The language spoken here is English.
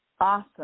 awesome